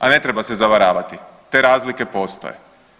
A ne treba se zavaravati te razlike postoje.